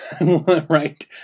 right